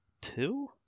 two